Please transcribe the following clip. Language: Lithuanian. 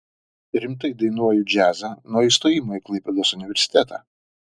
rimtai dainuoju džiazą nuo įstojimo į klaipėdos universitetą